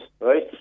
right